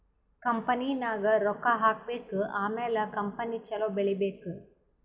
ಕಂಪನಿನಾಗ್ ರೊಕ್ಕಾ ಹಾಕಬೇಕ್ ಆಮ್ಯಾಲ ಕಂಪನಿ ಛಲೋ ಬೆಳೀಬೇಕ್